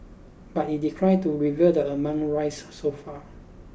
but it declined to reveal the amount raised so far